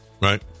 right